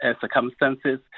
circumstances